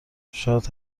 شاد